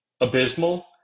abysmal